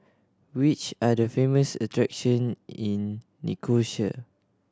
which are the famous attraction in Nicosia